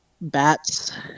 bats